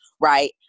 right